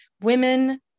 women